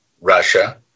Russia